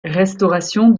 restauration